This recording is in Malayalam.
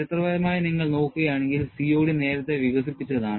ചരിത്രപരമായി നിങ്ങൾ നോക്കുകയാണെങ്കിൽ COD നേരത്തെ വികസിപ്പിച്ചതാണ്